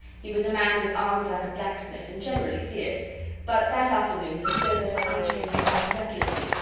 he was a man with arms like a blacksmith, and generally feared but that afternoon the stokers were answering him back recklessly,